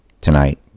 tonight